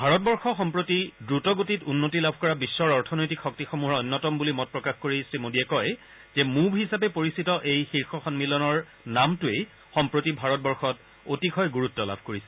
ভাৰতবৰ্ষ সম্প্ৰতি দ্ৰুত গতিত উন্নতি লাভ কৰা বিশ্বৰ অৰ্থনৈতিক শক্তিসমূহৰ অন্যতম বুলি মত প্ৰকাশ কৰি শ্ৰীমোডীয়ে কয় যে মুভ হিচাপে পৰিচিত এই শীৰ্ষ সন্মিলনৰ নামটোৱেই সম্প্ৰতি ভাৰতবৰ্ষত অতিশয় গুৰুত্ব লাভ কৰিছে